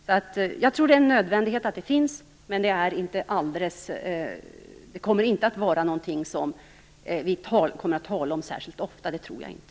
Jag tror alltså att det är en nödvändighet att det finns, men jag tror inte att det är någonting som vi särskilt ofta kommer att tala om.